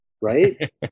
right